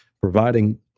providing